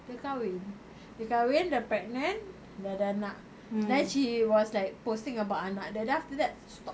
dia kahwin dia kahwin dah pregnant dah ada anak then she was like posting about anak dia then after that stopped